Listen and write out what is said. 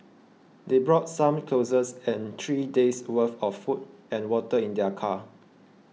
they brought some clothes and three days' worth of food and water in their car